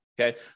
Okay